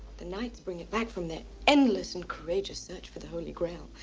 the knights bring it back from their endless and courageous search for the holy grail,